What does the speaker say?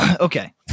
Okay